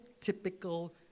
typical